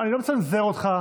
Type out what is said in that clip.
אני לא מצנזר אותך,